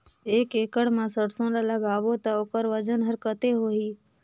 एक एकड़ मा सरसो ला लगाबो ता ओकर वजन हर कते होही?